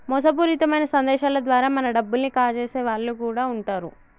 మోసపూరితమైన సందేశాల ద్వారా మన డబ్బుల్ని కాజేసే వాళ్ళు కూడా వుంటరు